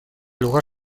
lugar